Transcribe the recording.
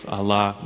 Allah